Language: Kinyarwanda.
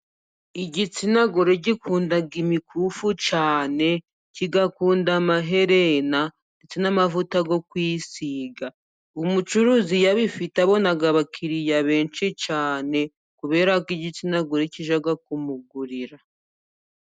Igitsina gore gikunda imikufu cyane, kigakunda amaherena ndetse n'amavuta yo kwisiga. Umucuruzi iyo abifite, abona abakiriya benshi cyane, kubera ko igitsina gore kijya kumugurira.